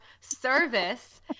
service